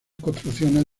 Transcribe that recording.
construcciones